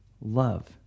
love